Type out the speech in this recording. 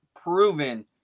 proven